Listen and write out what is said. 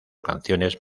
canciones